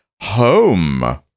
home